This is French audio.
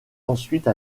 ensuite